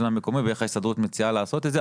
המקומי ואיך ההסתדרות מציעה לעשות את זה.